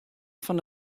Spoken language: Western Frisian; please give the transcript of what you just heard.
fan